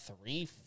three